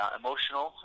emotional